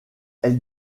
elle